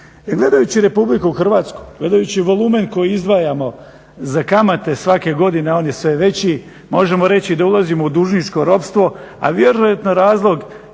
gledajući Republiku Hrvatsku, gledajući volumen koji izdvajamo za kamate svake godine on je sve veći, možemo reći da ulazimo u dužničko ropstvo, a vjerojatno razlog